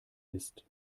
ist